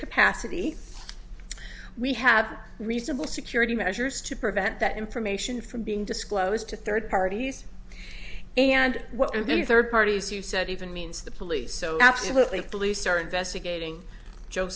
capacity we have reasonable security measures to prevent that information from being disclosed to third parties and what do you third parties you said even means the police so absolutely police are investigating joe